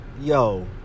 Yo